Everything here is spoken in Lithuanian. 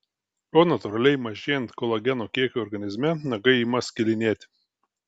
o natūraliai mažėjant kolageno kiekiui organizme nagai ima skilinėti